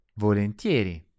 Volentieri